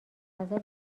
غذا